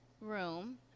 room